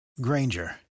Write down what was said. Granger